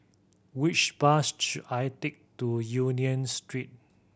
which bus should I take to Union Street